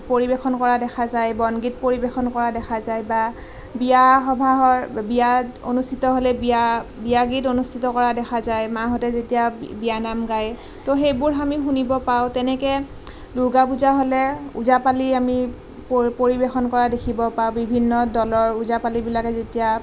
পৰিৱেশন কৰা দেখা যায় বনগীত পৰিৱেশন কৰা দেখা যায় বা বিয়া সবাহত বিয়া অনুষ্ঠিত হ'লে বিয়া বিয়াগীত অনুষ্ঠিত কৰা দেখা যায় মাহঁতে যেতিয়া বিয়ানাম গায় তো সেইবোৰ আমি শুনিবলৈ পাওঁ তেনেকে দুৰ্গা পূজা হ'লে ওজাপালি আমি পৰিৱেশন কৰা দেখিবলৈ পাওঁ বিভিন্ন দলৰ ওজাপালিবিলাকে যেতিয়া